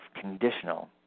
conditional